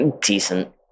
Decent